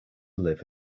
live